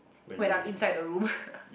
when I'm inside the room